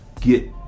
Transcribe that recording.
get